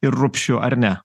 ir rupšiu ar ne